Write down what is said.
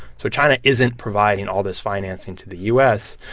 so china isn't providing all this financing to the u s.